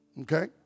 Okay